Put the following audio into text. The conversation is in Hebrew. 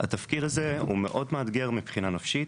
התפקיד הזה הוא מאוד מאתגר מבחינה נפשית.